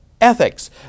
ethics